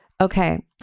Okay